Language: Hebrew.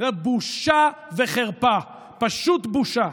זה בושה וחרפה, פשוט בושה.